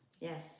Yes